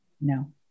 No